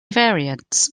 variants